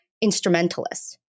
instrumentalists